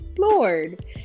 lord